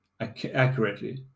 Accurately